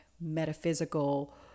metaphysical